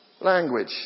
language